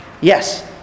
Yes